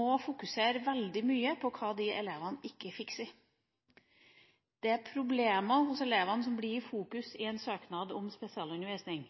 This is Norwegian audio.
må fokusere veldig mye på hva de elevene ikke fikser. Det er problemer hos elevene som blir i fokus i en søknad om spesialundervisning,